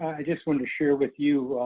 i just wanted to share with you,